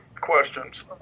questions